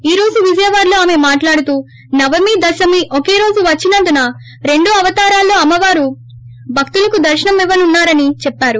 ఈ రోజు విజయవాడలో ఆయన మాట్లాడుతూ నవమి దశమి ఒకే రోజు వచ్చినందున రెండు అవతారాల్లో అమ్మవారు భక్తులకు దర్రనమివ్వనున్నా రని చెప్పారు